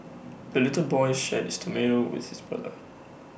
the little boy shared his tomato with his brother